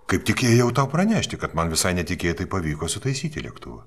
kaip tik ėjau tau pranešti kad man visai netikėtai pavyko sutaisyti lėktuvą